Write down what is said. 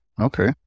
Okay